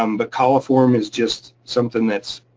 um but coliform is just something that's,